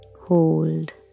hold